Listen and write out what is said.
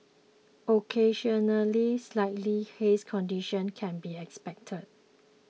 occasionally slightly hazy conditions can be expected